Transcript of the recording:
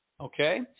Okay